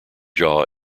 jaw